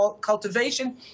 cultivation